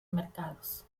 mercados